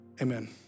amen